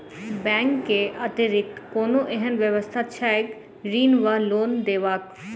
Bank केँ अतिरिक्त कोनो एहन व्यवस्था छैक ऋण वा लोनदेवाक?